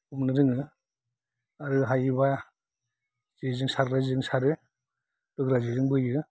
हमनो रोङो आरो हायोबा जेजों सारग्राजों सारो बेफोरबादिजों बोयो